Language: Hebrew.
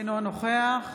אינו נוכח